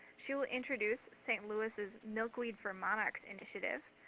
she will introduce st. louis' milkweeds for monarchs initiative.